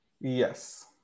Yes